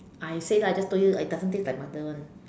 I say lah I just told you it doesn't taste like mother one